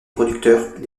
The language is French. producteurs